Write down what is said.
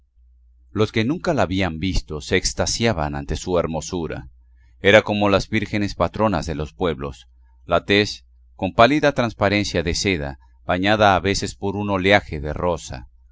los que nunca la habían visto se extasiaban ante su hermosura era como las vírgenes patronas de los pueblos la tez con pálida transparencia de cera bañada a veces por un oleaje de rosa